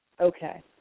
Okay